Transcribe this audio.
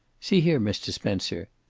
see here, mr. spencer,